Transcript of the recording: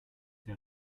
der